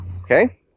Okay